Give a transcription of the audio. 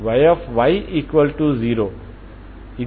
విలువల కొరకు μLnπ ను సూచిస్తుంది